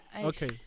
Okay